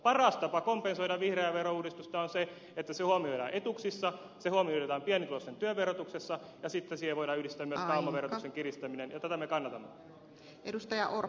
paras tapa kompensoida vihreää verouudistusta on se että se huomioidaan etuuksissa se huomioidaan pienituloisten työn verotuksessa ja sitten siihen voidaan yhdistää myös pääomaverotuksen kiristäminen ja tätä me kannatamme